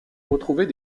retrouvés